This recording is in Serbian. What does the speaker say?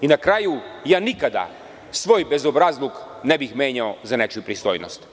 I na kraju, ja nikada svoj bezobrazluk ne bih menjao za nečiju pristojnost.